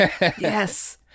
yes